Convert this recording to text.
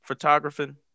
photographing